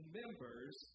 members